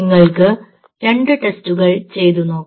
നിങ്ങൾക്ക് രണ്ട് ടെസ്റ്റുകൾ ചെയ്തു നോക്കാം